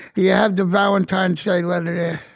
yeah have the valentine's day letter there?